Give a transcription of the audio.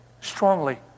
strongly